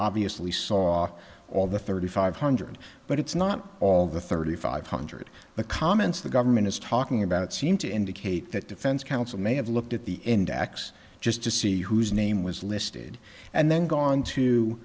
obviously saw all the thirty five hundred but it's not all the thirty five hundred the comments the government is talking about it seem to indicate that defense counsel may have looked at the index just to see whose name was listed and then gone to